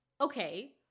okay